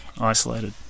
isolated